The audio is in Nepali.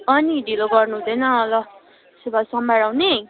अँ नि ढिलो गर्नुहुँदैन ल त्यसो भए सोमवार आउने